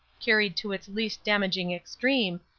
carried to its least damaging extreme,